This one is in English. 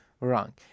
wrong